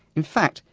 in fact,